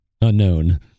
unknown